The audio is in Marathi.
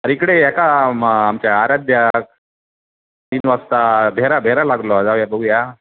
आरे इकडे एका म आमच्या आराध्यात तीन वाजता भेरा भेरा लागलो जाऊ या बघू या